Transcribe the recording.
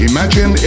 Imagine